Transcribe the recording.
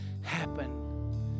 happen